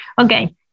Okay